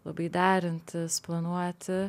labai derintis planuoti